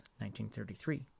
1933